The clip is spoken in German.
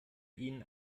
ihn